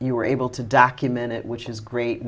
you were able to document it which is great